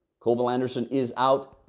colville-andersen is out.